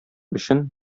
өчен